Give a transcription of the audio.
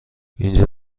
اینجا